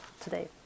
today